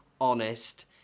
honest